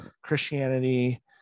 Christianity